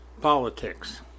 politics